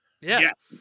Yes